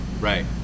Right